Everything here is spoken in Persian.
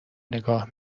نگاه